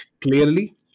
clearly